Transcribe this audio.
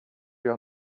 your